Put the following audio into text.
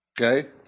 Okay